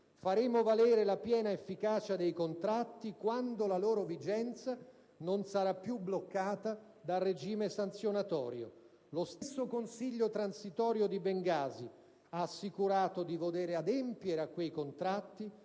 Faremo valere la piena efficacia dei contratti quando la loro vigenza non sarà più bloccata dal regime sanzionatorio. Lo stesso Consiglio transitorio di Bengasi ha assicurato di voler adempiere a quei contratti,